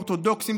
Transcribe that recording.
אורתודוקסים,